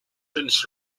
tennis